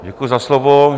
Děkuji za slovo.